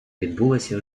відбулася